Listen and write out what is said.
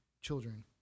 children